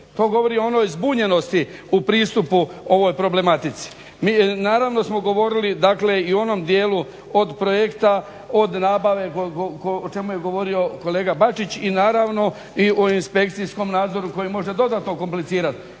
To govori o onoj zbunjenosti u pristupu ovoj problematici. Mi naravno smo govorili, dakle i u onom dijelu od projekta, od nabave o čemu je govorio kolega Bačić i naravno i o inspekcijskom nadzoru koji može dodatno komplicirati.